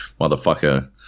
motherfucker